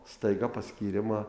staiga paskyrimą